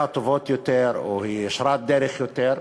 טובות יותר או שהיא ישרת-דרך יותר,